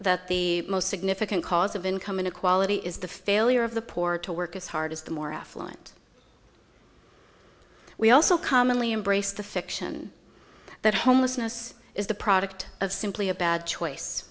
that the most significant cause of income inequality is the failure of the poor to work as hard as the more affluent we also commonly embrace the fiction that homelessness is the product of simply a bad choice